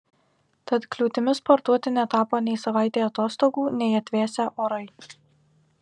tad kliūtimi sportuoti netapo nei savaitė atostogų nei atvėsę orai